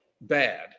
bad